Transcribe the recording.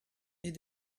est